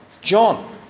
John